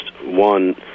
one